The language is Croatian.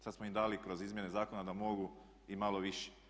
Sad smo im dali kroz izmjene zakona da mogu i malo više.